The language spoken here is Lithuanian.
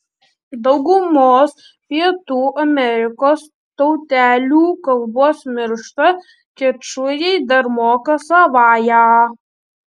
daugumos pietų amerikos tautelių kalbos miršta kečujai dar moka savąją